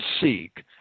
seek